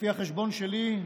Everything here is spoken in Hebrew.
לפי החשבון שלי,